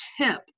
tip